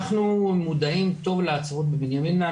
אנחנו מודעים טוב להצפות בבנימינה,